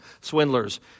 Swindlers